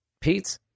Pete